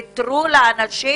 ויתרו וקראו לאנשים